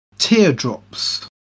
Teardrops